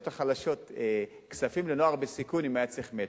החלשות כספים לנוער בסיכון אם היה צריך "מצ'ינג".